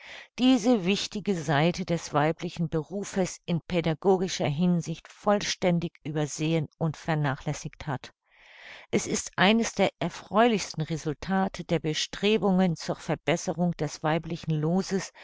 diese wichtige seite des weiblichen berufes in pädagogischer hinsicht vollständig übersehen und vernachlässigt hat es ist eines der erfreulichsten resultate der bestrebungen zur verbesserung des weiblichen loses